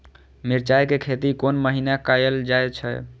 मिरचाय के खेती कोन महीना कायल जाय छै?